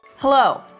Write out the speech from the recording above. Hello